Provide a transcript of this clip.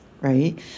right